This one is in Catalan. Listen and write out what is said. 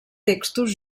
textos